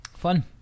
fun